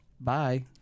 bye